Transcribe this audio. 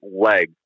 leg